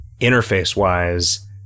interface-wise